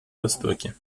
востоке